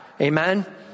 amen